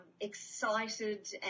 excited